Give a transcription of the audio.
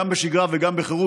גם בשגרה וגם בחירום,